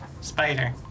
Spider